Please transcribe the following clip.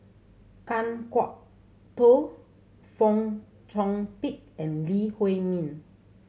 Kan Kwok Toh Fong Chong Pik and Lee Huei Min